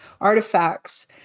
artifacts